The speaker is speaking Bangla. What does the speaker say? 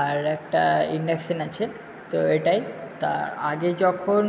আর একটা ইনডাকশান আছে তো এটাই তার আগে যখন